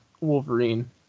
Wolverine